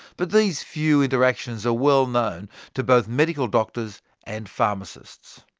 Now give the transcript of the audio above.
but these few interactions are well known to both medical doctors and pharmacists.